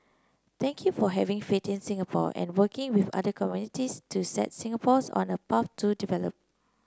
thank you for having faith in Singapore and working with other communities to set Singapores on a path to develop